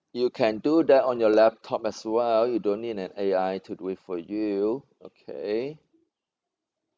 you can do that on your laptop as well you don't need an A_I to do it for you okay